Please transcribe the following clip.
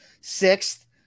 sixth